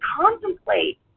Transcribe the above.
contemplate